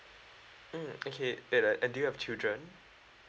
mm okay and uh and do you have children